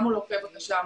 גם מול עורכי בקשה,